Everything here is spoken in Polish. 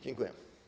Dziękuję.